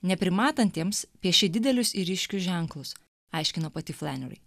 neprimatantiems pieši didelius ir ryškius ženklus aiškino pati flaneri